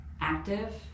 active